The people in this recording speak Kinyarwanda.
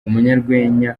umunyarwenya